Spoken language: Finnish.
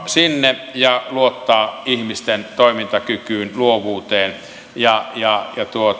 sinne ja luottaa ihmisten toimintakykyyn luovuuteen ja ja